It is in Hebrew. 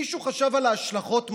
מישהו חשב על ההשלכות,